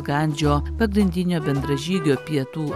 gandžio pagrindinio bendražygio pietų